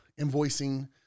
invoicing